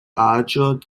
aĝo